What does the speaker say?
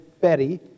Betty